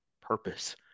purpose